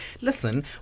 listen